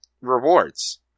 rewards